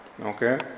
Okay